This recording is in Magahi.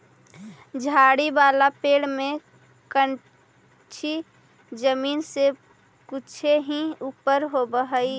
झाड़ी वाला पेड़ में कंछी जमीन से कुछे ही ऊपर होवऽ हई